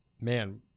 man